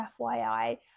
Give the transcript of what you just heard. FYI